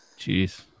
Jeez